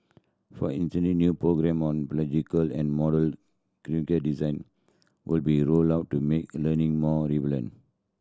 for new programme on pedagogical and modular curriculum design will be rolled out to make a learning more relevant